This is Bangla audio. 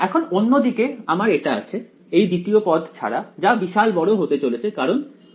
এখন অন্য দিকে আমার এটা আছে এই দ্বিতীয় পদ ছাড়া যা বিশাল বড় হতে চলেছে কারণ 1x